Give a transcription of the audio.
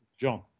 John